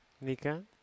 nika